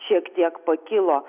šiek tiek pakilo